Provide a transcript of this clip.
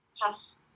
yes